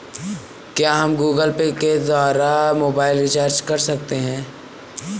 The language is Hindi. क्या हम गूगल पे द्वारा मोबाइल रिचार्ज कर सकते हैं?